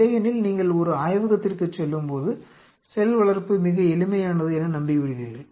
இல்லையெனில் நீங்கள் ஒரு ஆய்வகத்திற்குச் செல்லும்போது செல் வளர்ப்பு மிக எளிமையானது என நம்பிவிடுவீர்கள்